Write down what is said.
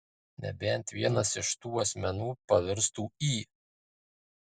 nebent vienas iš tų asmenų pavirstų į